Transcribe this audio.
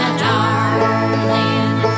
darling